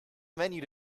menu